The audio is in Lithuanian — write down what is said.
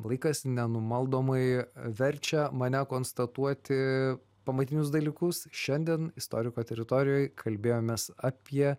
laikas nenumaldomai verčia mane konstatuoti pamatinius dalykus šiandien istoriko teritorijoj kalbėjomės apie